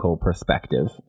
perspective